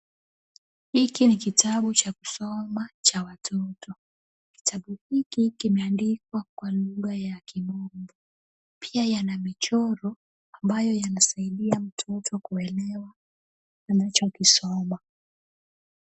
Hiki ni kitabu cha kusoma cha watoto. Kitabu hiki kimeandikwa kwa lugha ya kimombo. Pia yana michoro ambayo yanasaidia mtoto kuelewa anachokisoma.